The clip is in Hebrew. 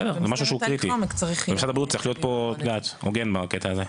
זה מצריך תהליך עומק --- משרד הבריאות צריך להיות פה הוגן בקטע הזה.